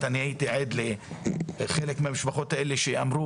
אני הייתי עד לחלק מהמשפחות האלה שאמרו,